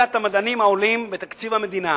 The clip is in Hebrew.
לקליטת המדענים העולים בתקציב המדינה,